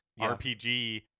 rpg